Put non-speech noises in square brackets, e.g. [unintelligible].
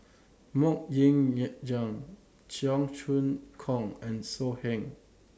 Mok Ying [unintelligible] Jang Cheong Choong Kong and So Heng